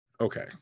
Okay